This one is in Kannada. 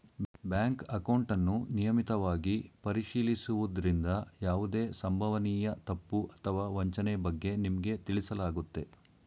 ಬ್ಯಾಂಕ್ ಅಕೌಂಟನ್ನು ನಿಯಮಿತವಾಗಿ ಪರಿಶೀಲಿಸುವುದ್ರಿಂದ ಯಾವುದೇ ಸಂಭವನೀಯ ತಪ್ಪು ಅಥವಾ ವಂಚನೆ ಬಗ್ಗೆ ನಿಮ್ಗೆ ತಿಳಿಸಲಾಗುತ್ತೆ